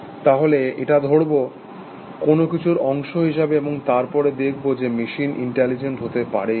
তাহলে এটা ধরব কোনো কিছুর অংশ হিসাবে এবং তারপরে দেখব যে মেশিন ইন্টেলিজেন্ট হতে পারে কিনা